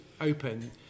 open